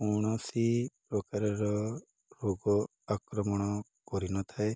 କୌଣସି ପ୍ରକାରର ରୋଗ ଆକ୍ରମଣ କରିନଥାଏ